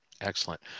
Excellent